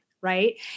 right